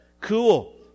Cool